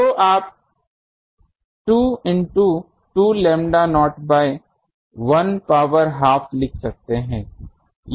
तो आप 2 into 2 lambda naught by 1 power half लिख सकते हैं